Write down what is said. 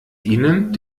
ihnen